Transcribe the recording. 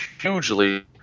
hugely